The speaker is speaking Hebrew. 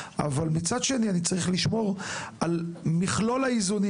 אבל מצד שני אני צריך לשמור על מכלול האיזונים,